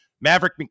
Maverick